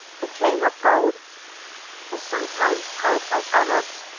a chain of gold is sometimes carried by arabs,